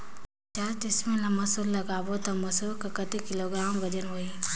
पचास डिसमिल मा मसुर लगाबो ता मसुर कर कतेक किलोग्राम वजन होही?